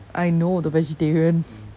I know the vegetarian